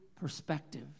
perspective